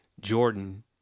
Jordan